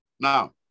Now